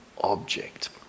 object